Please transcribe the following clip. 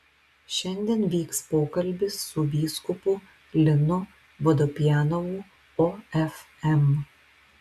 šiandien vyks pokalbis su vyskupu linu vodopjanovu ofm